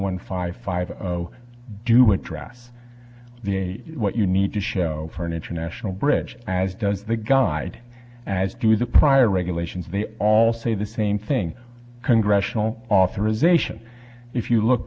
one five five do you address the what you need to show for an international bridge as does the guide as to the prior regulations they all say the same thing congressional authorization if you look